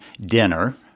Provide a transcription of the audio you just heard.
dinner